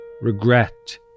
regret